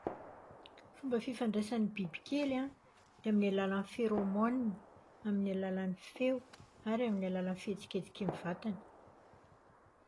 Fomba fifandraisan'ny bibikely an, dia amin'ny alalan'ny "phéromones", amin'ny alalan'ny feo ary amin'ny alalan'ny fihetsiketsiky ny vatany.